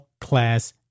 class